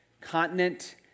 continent